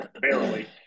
barely